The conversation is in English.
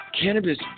cannabis